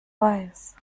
weiß